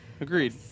Agreed